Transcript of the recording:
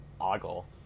ogle